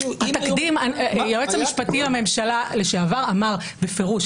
היועץ המשפטי לממשלה לשעבר אמר בפירוש,